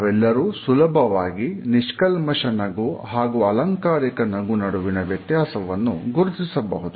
ನಾವೆಲ್ಲರೂ ಸುಲಭವಾಗಿ ನಿಷ್ಕಲ್ಮಶ ನಗು ಹಾಗೂ ಅಲಂಕಾರಿಕ ನಗುವಿನ ನಡುವಿನ ವ್ಯತ್ಯಾಸವನ್ನು ಗುರುತಿಸಬಹುದು